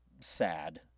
sad